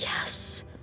Yes